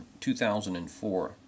2004